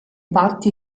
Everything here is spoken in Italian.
parti